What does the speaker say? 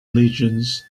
legions